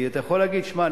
כי אתה יכול להגיד: שמע,